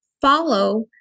follow